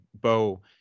Bo